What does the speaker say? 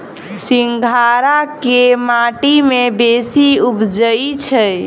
सिंघाड़ा केँ माटि मे बेसी उबजई छै?